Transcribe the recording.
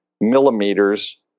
millimeters